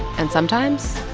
and sometimes,